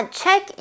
check